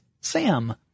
SAM